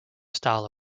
style